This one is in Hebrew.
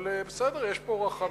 אבל בסדר, יש פה רחמים